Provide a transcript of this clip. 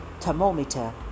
thermometer